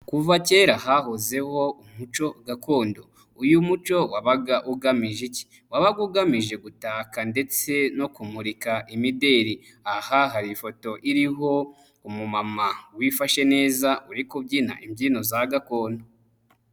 Kuva kera hahozeho umuco gakondo. Uyu muco wabaga ugamije iki? Wabaga ugamije gutaka ndetse no kumurika imideri. Aha hari ifoto iriho umumama wifashe neza, uri kubyina imbyino za gakondo.